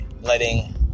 letting